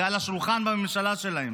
זה על השולחן בממשלה שלהן.